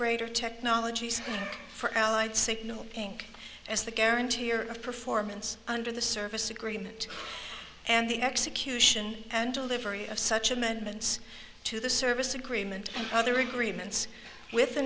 greater technologies for allied signal inc as the guarantee or performance under the service agreement and the execution and delivery of such amendments to the service agreement and other agreements with the